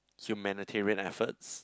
humanitarian efforts